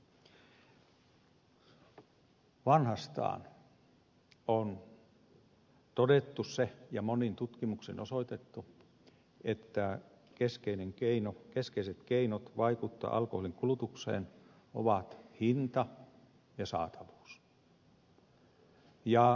vanhastaan on todettu ja monin tutkimuksin osoitettu että keskeiset keinot vaikuttaa alkoholinkulutukseen ovat hinta ja saatavuus